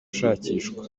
ushakishwa